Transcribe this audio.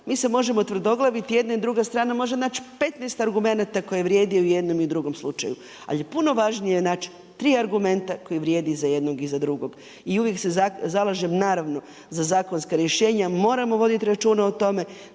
Mi se možemo tvrdoglaviti, jedna i druga strana može naći 15 argumenata koji vrijede u jednom i drugom slučaju, ali je puno važnije naći 3 argumenta koji vrijedi i za jednog i za drugog. I uvijek se zalažem, naravno, za zakonska rješenja, moramo voditi računa o tome,